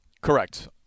Correct